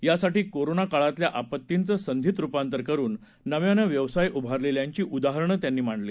यासाठी कोरोनाकाळातल्या आपत्तींचं संधीत रुपांतर करून नव्यानं व्यवसाय उभारलेल्यांची उदाहरणं त्यांनी मांडली